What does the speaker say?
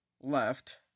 Left